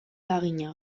lagina